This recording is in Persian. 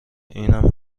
اینم